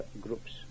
groups